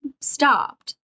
stopped